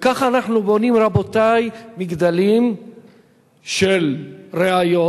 וככה אנחנו בונים, רבותי, מגדלים של ראיות,